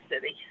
city